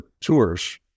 tours